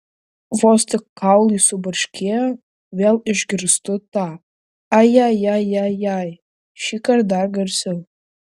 vos tik kaulai subarškėjo vėl išgirstu tą aja ja ja jai šįkart dar garsiau